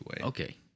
okay